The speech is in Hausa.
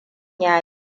ya